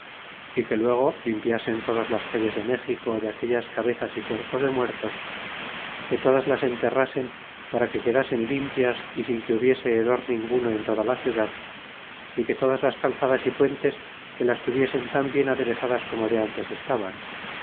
é que luego limpiasen todas las calles de méxico de aquellas cabezas y cuerpos de muertos que todas las enterrasen para que quedasen limpias y sin que hubiese hedor ninguno en toda la ciudad y que todas las calzadas y puentes que las tuviesen tan bien aderezadas como de ntes estaban